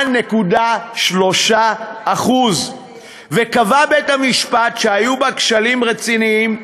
4.3% וקבע בית-המשפט שהיו בה כשלים רציניים,